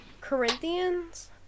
Corinthians